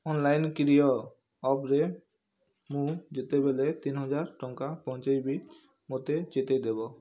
online କ୍ରୟ ଆପ୍ରେ ମୁଁ ଯେତେବେଲେ ତିନି ହଜାର ଟଙ୍କା ପହଞ୍ଚେଇବି ମୋତେ ଚେତାଇଦେବ